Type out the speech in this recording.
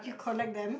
you collect them